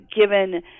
given